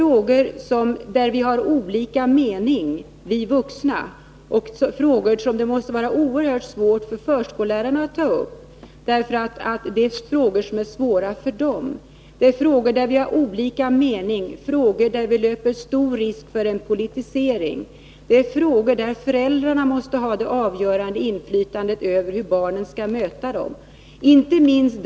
Vi vuxna har olika mening om dem. Det måste också vara oerhört svårt för förskollärarna att ta upp sådana frågor; de är besvärliga också för dem. Att ta upp frågor om fredsarbete och konfliktlösning under ämnesområdet omvärldsorientering innebär vidare en risk för politisering. Föräldrarna måste ju ha det avgörande inflytandet över hur barnen skall möta dessa ämnen.